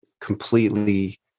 completely